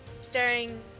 staring